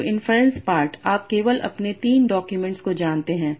तो inference part आप केवल अपने 3 डाक्यूमेंट्स को जानते हैं